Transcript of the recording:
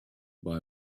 buy